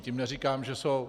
Tím neříkám, že jsou.